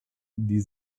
die